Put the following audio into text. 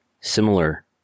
similar